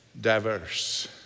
diverse